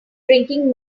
drinking